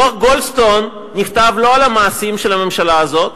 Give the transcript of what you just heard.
דוח-גולדסטון נכתב לא על המאמצים של הממשלה הזאת,